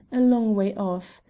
a long way off,